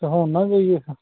ਅਤੇ ਹੁਣ ਨਾ ਜਾਈਏ ਫਿਰ